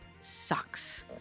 sucks